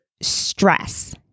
stress